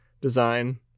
design